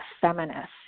feminist